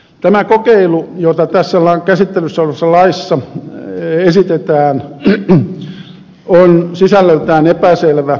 tämä kokeilu jota tässä käsittelyssä olevassa laissa esitetään on sisällöltään epäselvä